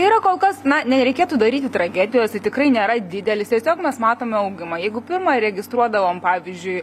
tai yra kol kas na nereikėtų daryti tragedijos tai tikrai nėra didelis tiesiog mes matome augimą jeigu pirma registruodavom pavyzdžiui